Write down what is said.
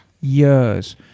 years